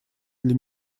для